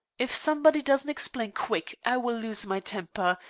if somebody doesn't explain quick i will lose my temper,